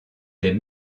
des